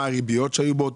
מהן הריביות שהיו?